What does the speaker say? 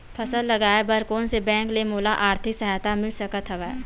फसल लगाये बर कोन से बैंक ले मोला आर्थिक सहायता मिल सकत हवय?